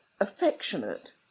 affectionate